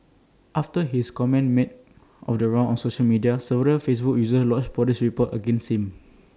after his comment made the rounds on social media several Facebook users lodged Police reports against him